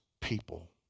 people